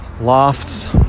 lofts